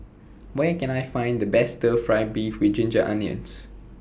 Where Can I Find The Best Stir Fry Beef with Ginger Onions